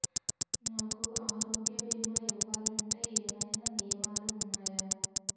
నాకు ఆరోగ్య భీమా ఇవ్వాలంటే ఏమైనా నియమాలు వున్నాయా?